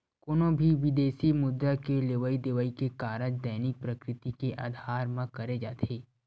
कोनो भी बिदेसी मुद्रा के लेवई देवई के कारज दैनिक प्रकृति के अधार म करे जाथे